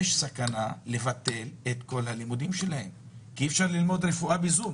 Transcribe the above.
יש סכנה לביטול כל הלימודים שלהם כי אי אפשר ללמוד רפואה בזום.